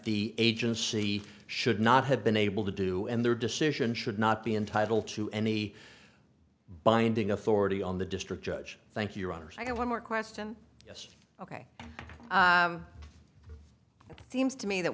the agency should not have been able to do and their decision should not be entitled to any binding authority on the district judge thank your honour's i have one more question yes ok it seems to me that